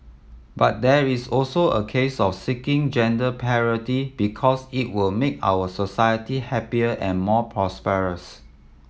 but there is also a case of seeking gender parity because it will make our society happier and more prosperous